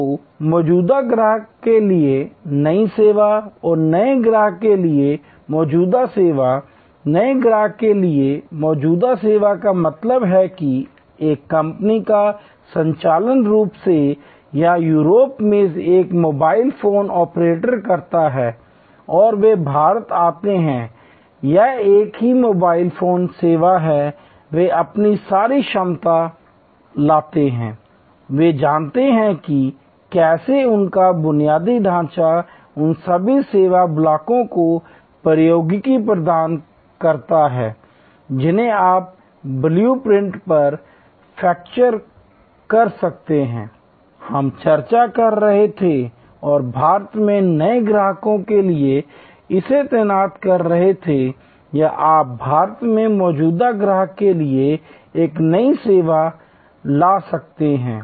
तो मौजूदा ग्राहक के लिए नई सेवा और नए ग्राहक के लिए मौजूदा सेवा नए ग्राहक के लिए मौजूदा सेवा का मतलब है कि एक कंपनी का संचालन रूस में या यूरोप में एक मोबाइल फोन ऑपरेटर करता है और वे भारत आते हैं यह एक ही मोबाइल फोन सेवा है वे अपनी सारी क्षमता लाते हैंI वे जानते हैं कि कैसे उनका बुनियादी ढांचा उन सभी सेवा ब्लॉकों को प्रौद्योगिकी प्रदान करता है जिन्हें आप ब्लू प्रिंट पर कैप्चर कर सकते हैं हम चर्चा कर रहे थे और भारत में नए ग्राहकों के लिए इसे तैनात कर रहे थे या आप भारत में मौजूदा ग्राहक के लिए एक नई सेवा ला सकते हैं